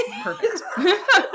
Perfect